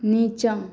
निचाँ